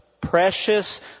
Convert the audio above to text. precious